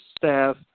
staff